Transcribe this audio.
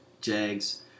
Jags